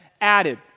added